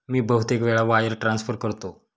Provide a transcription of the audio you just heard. मी बहुतेक वेळा wire transfer करतो